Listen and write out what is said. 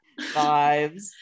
vibes